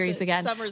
again